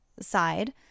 side